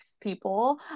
people